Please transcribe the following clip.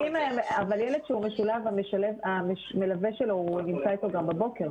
אבל ילד שהוא משולב המלווה שלו נמצא איתו גם בבוקר,